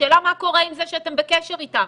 השאלה מה קורה עם זה שאתם בקשר איתם.